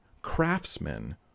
craftsmen